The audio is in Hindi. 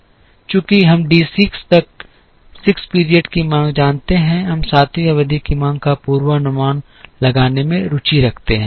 चूँकि हम D 6 तक 6 पीरियड की माँग जानते हैं हम सातवीं अवधि की मांग का पूर्वानुमान लगाने में रुचि रखते हैं